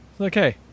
Okay